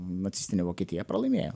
nacistinė vokietija pralaimėjo